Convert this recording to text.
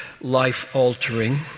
life-altering